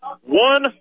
one